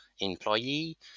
employee